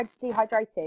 dehydrated